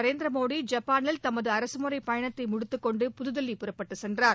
நரேந்திரமோடி ஐப்பானில் தமது அரசு முறை பயணத்தை முடித்துக்கொண்டு புதுதில்லி புறப்பட்டார்